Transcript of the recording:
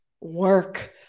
work